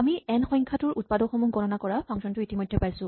আমি এন সংখ্যাটোৰ উৎপাদকসমূহ গণনা কৰা ফাংচন টো ইতিমধ্যে পাইছো